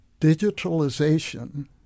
digitalization